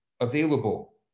available